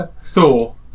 Thor